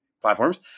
platforms